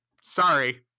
sorry